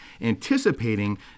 anticipating